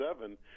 seven